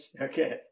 Okay